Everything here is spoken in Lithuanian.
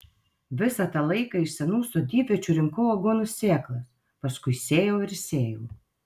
visą tą laiką iš senų sodybviečių rinkau aguonų sėklas paskui sėjau ir sėjau